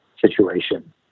situation